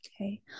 okay